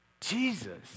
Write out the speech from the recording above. Jesus